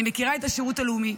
אני מכירה את השירות הלאומי,